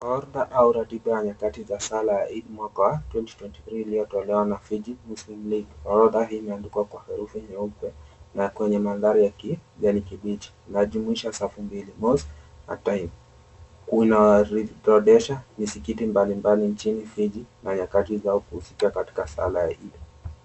Orodha au ratiba ya nyakati za sala ya Eid mwaka wa 2023 iliyotolewa na FIJI MUSLIM LEAGUE. Orodha hii imeandikwa kwa herufi nyeupe na kwenye mandhari ya kijani kibichi, inajumuisha safu mbili, MOSQUE na TIME kuorodhesha misikiti mbalimbali inchini fiji na nyakati zao kuhusika katika sala ya Eid.